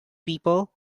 people